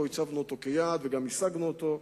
הצבנו אותו כיעד וגם השגנו אותו,